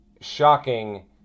shocking